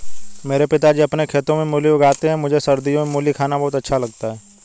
मेरे पिताजी अपने खेतों में मूली उगाते हैं मुझे सर्दियों में मूली खाना बहुत अच्छा लगता है